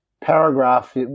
paragraph